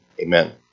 Amen